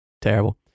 terrible